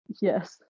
Yes